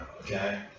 okay